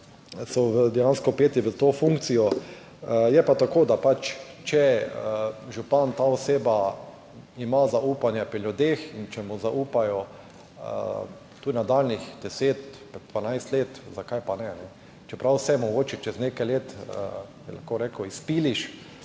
so dejansko vpeti v to funkcijo. Je pa tako, da če župan, ta oseba ima zaupanje pri ljudeh in če mu zaupajo tudi nadaljnjih 10, 12 let, zakaj pa ne? Čeprav se mogoče čez nekaj let, bi lahko rekel, izpiliš,